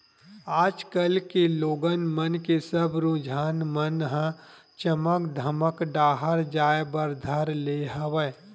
आज कल के लोगन मन के सब रुझान मन ह चमक धमक डाहर जाय बर धर ले हवय